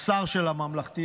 השר של הממלכתי-דתי,